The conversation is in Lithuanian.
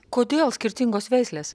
kodėl skirtingos veislės